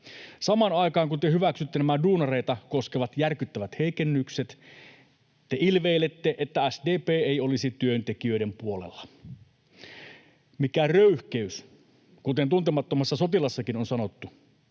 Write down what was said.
Samaan aikaan, kun te hyväksytte nämä duunareita koskevat järkyttävät heikennykset, te ilveilette, että SDP ei olisi työntekijöiden puolella. ”Mikä röyhkeys!” kuten Tuntemattomassa sotilaassakin on sanottu.